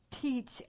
teach